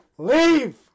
Leave